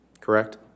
correct